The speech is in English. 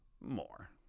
more